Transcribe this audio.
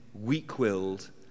weak-willed